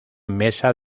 mesa